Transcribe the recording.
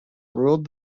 ruled